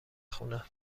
خونه